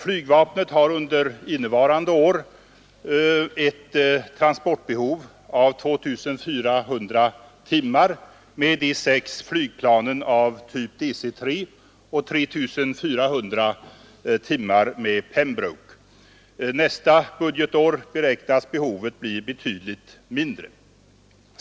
Flygvapnet har under innevarande år ett transportbehov av 2400 timmar med de sex flygplanen av typ DC 3 och 3 400 timmar med Pembroke. Nästa budgetår beräknas behovet bli betydligt mindre.